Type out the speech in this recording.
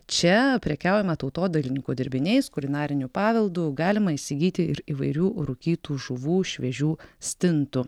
čia prekiaujama tautodailininkų dirbiniais kulinariniu paveldu galima įsigyti ir įvairių rūkytų žuvų šviežių stintų